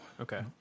Okay